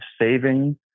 saving